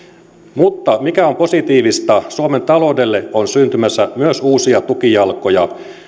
mutta mikä on positiivista suomen taloudelle on syntymässä myös uusia tukijalkoja